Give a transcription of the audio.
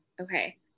Okay